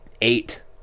eight